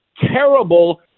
terrible